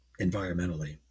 environmentally